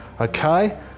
Okay